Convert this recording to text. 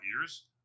years